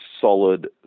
solid